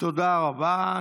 תודה רבה.